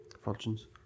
Fortunes